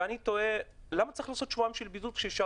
אני תוהה למה צריך שבועיים של בידוד כשאפשר